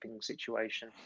situation